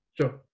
Sure